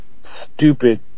stupid